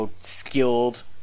skilled